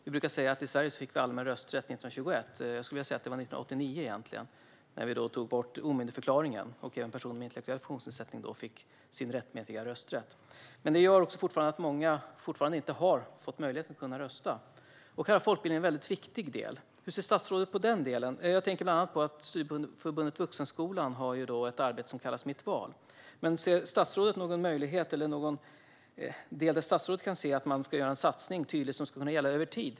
Vi brukar säga att vi i Sverige fick allmän rösträtt 1921, men jag skulle vilja säga att det var 1989 när vi tog bort omyndigförklaringen och även personer med intellektuell funktionsnedsättning fick sin rättmätiga rösträtt. Men fortfarande finns det många som inte har fått möjligheten att kunna rösta. Då är folkbildningen en väldigt viktig del. Hur ser statsrådet på det? Jag tänker bland annat på att Studieförbundet Vuxenskolan har ett arbete som kallas Mitt val. Finns det någon del där statsrådet kan se att man ska göra en tydlig satsning som ska kunna gälla över tid?